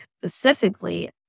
specifically